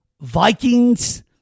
Vikings